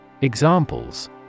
Examples